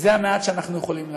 וזה המעט שאנחנו יכולים לעשות.